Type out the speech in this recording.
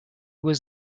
was